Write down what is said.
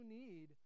need